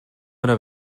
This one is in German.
oder